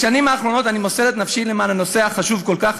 בשנים האחרונות אני מוסר את נפשי למען הנושא החשוב כל כך,